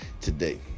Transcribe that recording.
today